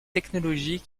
technologie